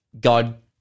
God